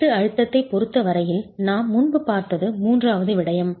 வெட்டு அழுத்தத்தைப் பொறுத்த வரையில் நாம் முன்பு பார்த்தது மூன்றாவது விடயம்